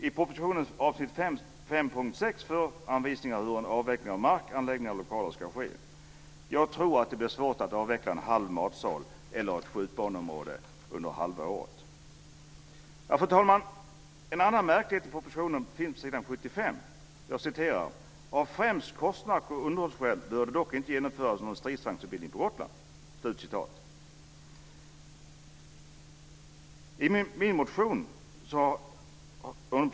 I propositionens avsnitt 5.6 finns anvisningar för hur avveckling av mark, anläggningar och lokaler ska ske. Jag tror att det blir svårt att avveckla en halv matsal eller ett skjutbaneområde under halva året. Fru talman! En annan märklighet i propositionen finns på s. 75: "Av främst kostnads och underhållsskäl bör det dock inte genomföras någon stridsvagnsutbildning på Gotland."